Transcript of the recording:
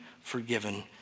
forgiven